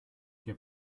der